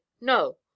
no